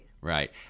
Right